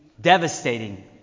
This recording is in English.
devastating